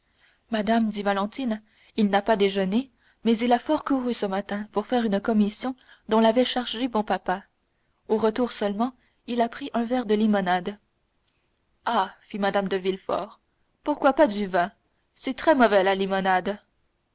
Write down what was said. madame dit valentine il n'a pas déjeuné mais il a fort couru ce matin pour faire une commission dont l'avait chargé bon papa au retour seulement il a pris un verre de limonade ah fit mme de villefort pourquoi pas du vin c'est très mauvais la limonade